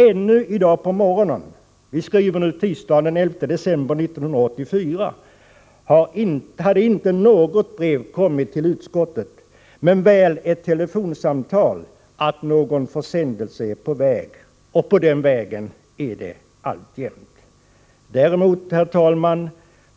Ännu i dag på morgonen -— vi skriver nu tisdagen den 11 december 1984 -— har inte något brev kommit till utskottet, men väl ett telefonsamtal att någon försändelse är på väg. Och på den vägen är det alltjämt. Däremot